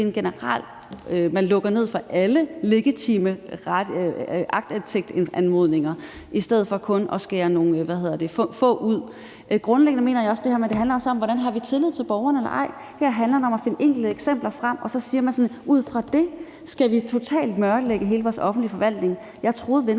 det er generelt, og man lukker ned for alle legitime aktindsigtanmodninger i stedet for kun at skære nogle få fra. Grundlæggende mener jeg også, at det her handler om, om vi har tillid til borgerne eller ej. Her handler det om at finde enkelte eksempler frem, og at man så siger, at vi ud fra det totalt skal mørklægge hele vores offentlige forvaltning. Jeg troede